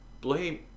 Blame